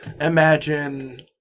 imagine